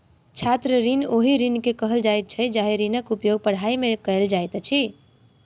छात्र ऋण ओहि ऋण के कहल जाइत छै जाहि ऋणक उपयोग पढ़ाइ मे कयल जाइत अछि